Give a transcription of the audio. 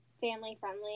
family-friendly